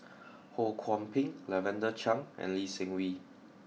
Ho Kwon Ping Lavender Chang and Lee Seng Wee